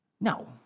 Now